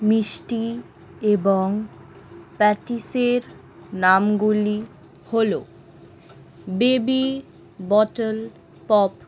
মিষ্টি এবং প্যাটিসের নামগুলি হলো বেবি বটল পপ